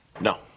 No